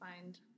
find